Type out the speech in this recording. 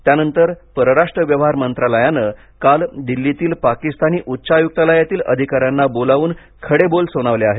त्यानंतर परराष्ट्र व्यवहार मंत्रालयानं काल दिल्लीतील पाकिस्तानी उच्चायुक्तालयातील अधिका यांना बोलावून खडे बोल सुनावले आहेत